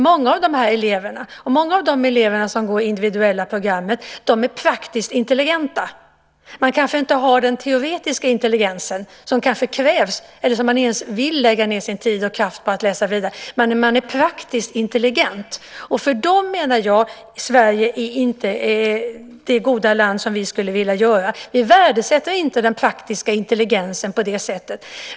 Många av de här eleverna och många av de elever som går det individuella programmet är praktiskt intelligenta. De har kanske inte den teoretiska intelligensen som kanske krävs, eller de vill kanske inte ens lägga ned sin tid och kraft på att läsa vidare. De är praktiskt intelligenta. Jag menar att för dem är inte Sverige det goda land som vi skulle vilja ha. Vi värdesätter inte den praktiska intelligensen på det sättet.